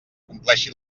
compleixi